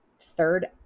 third